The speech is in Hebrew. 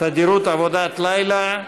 תדירות עבודת לילה),